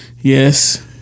Yes